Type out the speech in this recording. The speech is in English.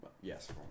yes